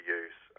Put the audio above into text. use